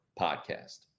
podcast